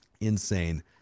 Insane